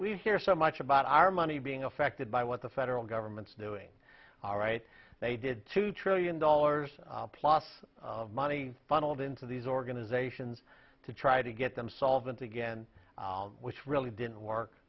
we've hear so much about our money being affected by what the federal government's doing all right they did two trillion dollars plus money funneled into these organizations to try to get them solvent again which really didn't work